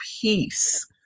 peace